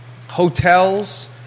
hotels